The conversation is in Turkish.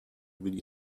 bir